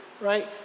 right